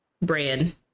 brand